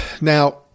Now